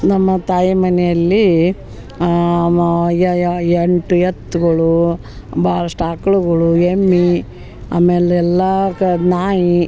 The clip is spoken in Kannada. ನಮ್ಮ ತಾಯಿ ಮನೆಯಲ್ಲಿ ಮ ಎಂಟು ಎತ್ಗಳು ಭಾಳಷ್ಟ್ ಆಕಳುಗಳು ಎಮ್ಮೆ ಆಮೇಲೆ ಎಲ್ಲಾಕು ಅದು ನಾಯಿ